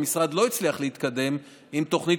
המשרד לא הצליח להתקדם עם תוכנית